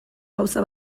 gauza